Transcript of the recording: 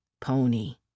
Pony